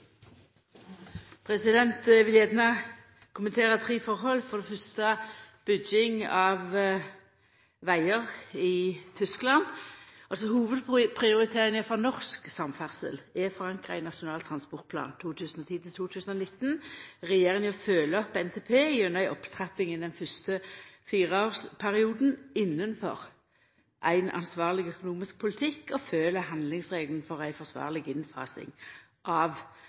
kartet. Eg vil gjerne kommentera tre forhold – for det fyrste bygging av vegar i Tyskland. Hovedprioriteringa for norsk samferdsel er forankra i Nasjonal transportplan 2010–2019. Regjeringa følgjer opp NTP gjennom ei opptrapping i den fyrste fireårsperioden innanfor ein ansvarleg økonomisk politikk og følgjer handlingsregelen for ei forsvarleg innfasing av